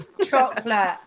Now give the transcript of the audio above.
Chocolate